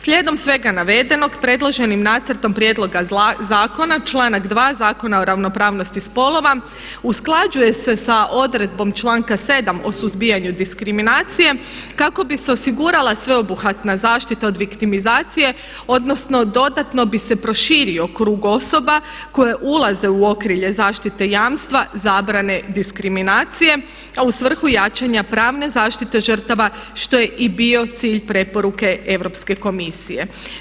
Slijedom svega navedenog predloženim Nacrtom prijedloga zakona, članak 2. Zakona o ravnopravnosti spolova usklađuje se sa odredbom članka 7. o suzbijanju diskriminacije kako bi se osigurala sveobuhvatna zaštita od viktimizacije, odnosno dodatno bi se proširio krug osoba koje ulaze u okrilje zaštite jamstva zabrane diskriminacije, a u svrhu jačanja pravne zaštite žrtava što je i bio cilj preporuke Europske komisije.